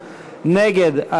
נגד,